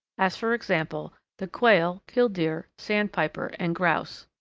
as, for example, the quail, killdeer, sandpiper, and grouse.